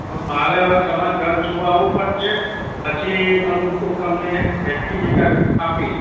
પણ મારે હવે તમાર ઘર જોવા આવવું પડશે પછી હું હું તમને એસ્ટીમેટ આપીશ